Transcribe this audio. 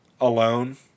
alone